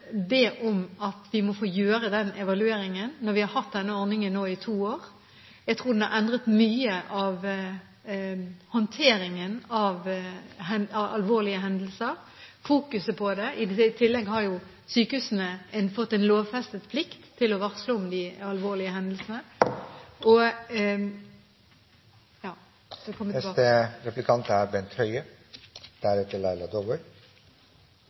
og om det skal gjøres endringer. Men jeg må bare be om at vi må få gjøre den evalueringen når vi nå har hatt denne ordningen i to år. Jeg tror den har endret mye av håndteringen av alvorlige hendelser og fokuset på det. I tillegg har sykehusene fått en lovfestet plikt til å varsle om de alvorlige hendelsene.